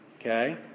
okay